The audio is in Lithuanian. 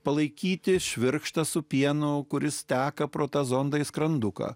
palaikyti švirkštą su pieno kuris teka pro tą zondą į skranduką